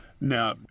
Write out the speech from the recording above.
Now